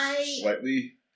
slightly